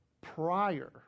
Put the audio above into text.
prior